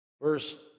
Verse